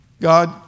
God